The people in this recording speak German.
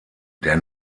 der